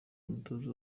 umutoza